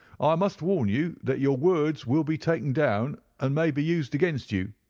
i must warn you that your words will be taken down, and may be used against you.